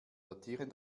datieren